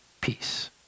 peace